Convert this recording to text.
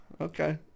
okay